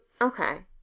okay